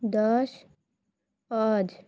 দশ আজ